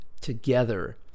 together